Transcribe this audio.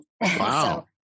Wow